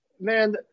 man